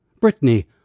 Brittany